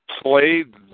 played